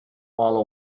walla